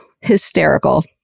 Hysterical